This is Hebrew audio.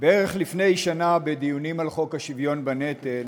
בערך לפני שנה, בדיונים על חוק השוויון בנטל,